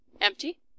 Empty